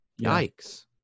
yikes